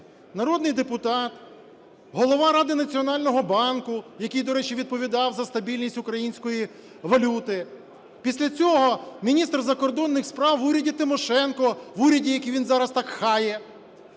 Народний депутат, голова Ради Національного банку, який, до речі, відповідав за стабільність української валюти. Після цього міністр закордонних справ в уряді Тимошенко, в уряді, який він зараз так хаїть.